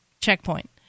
checkpoint